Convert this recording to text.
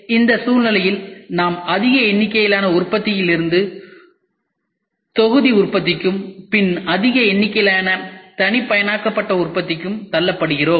எனவே இந்த சூழ்நிலையில் நாம் அதிக எண்ணிக்கையிலான உற்பத்தியில் இருந்து தொகுதி உற்பத்திக்கும் பின் அதிக எண்ணிக்கையிலான தனிப்பயனாக்கப்பட்ட உற்பத்திக்கும் தள்ளப்படுகிறோம்